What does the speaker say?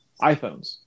iPhones